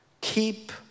Keep